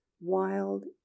wild